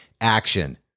action